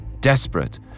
Desperate